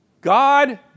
God